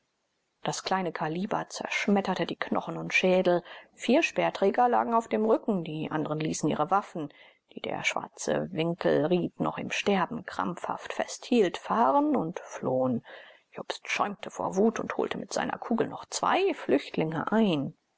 das kleine kaliber zersplitterte die knochen und schädel vier speerträger lagen auf dem rücken die andren ließen ihre waffen die der schwarze winkelried noch im sterben krampfhaft festhielt fahren und flohen jobst schäumte vor wut und holte mit seiner kugel noch zwei flüchtlinge ein